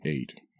eight